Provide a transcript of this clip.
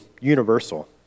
universal